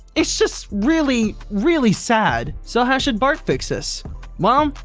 it's just really really sad. so how should bart fix this mom?